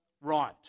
right